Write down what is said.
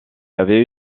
avait